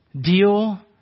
Deal